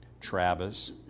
Travis